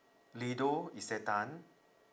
lido isetan